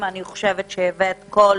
אני חושבת שהבאת קול